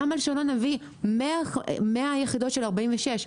למה שלא נביא 100 יחידות של 46?